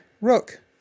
Rook